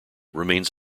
remains